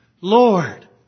Lord